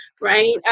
right